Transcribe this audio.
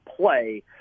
play